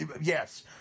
yes